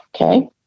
Okay